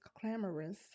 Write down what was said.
clamorous